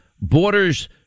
borders